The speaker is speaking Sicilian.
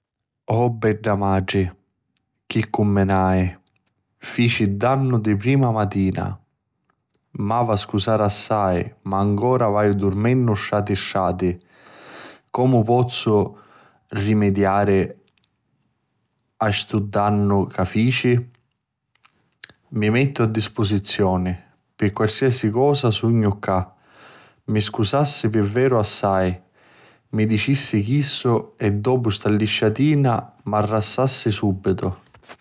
O beddamatri! Chi cumminai, fici dannu di prima matina. M'havi a scusari assai ma ancora vaiu durmennu strati strati. Comu pozzu rimidiari a stu dannu ca fici? Mi mettu a disposizioni, pi qualsisai cosa sugnu cca. Mi scussai pi veru assai. Ci dicissi chistu e dopu st'allisciatina m'arrassassi subitu.